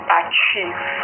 achieve